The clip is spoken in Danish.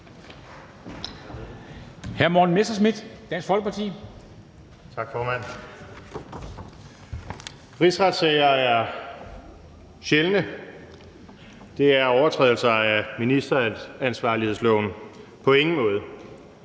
Rigsretssager er sjældne. Det er overtrædelser af ministeransvarlighedsloven på ingen måde.